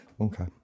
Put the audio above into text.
okay